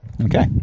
Okay